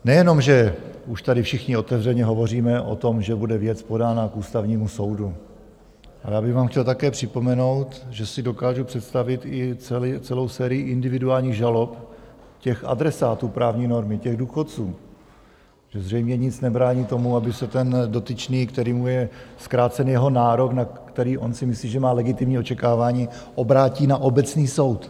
Nejenom že už tady všichni otevřeně hovoříme o tom, že bude věc podána k Ústavnímu soudu, ale já bych vám chtěl také připomenout, že si dokážu představit i celou sérii individuálních žalob těch adresátů právní normy, těch důchodců, že zřejmě nic nebrání tomu, aby se ten dotyčný, kterému je zkrácen jeho nárok, na který on si myslí, že má legitimní očekávání, obrátí na obecný soud.